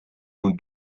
nun